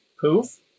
poof